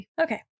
Okay